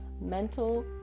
mental